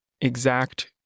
exact